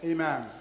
Amen